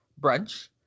brunch